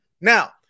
Now